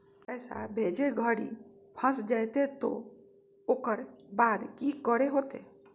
पैसा भेजे घरी फस जयते तो ओकर बाद की करे होते?